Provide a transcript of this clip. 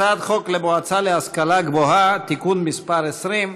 הצעת חוק המועצה להשכלה גבוהה (תיקון מס' 20)